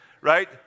right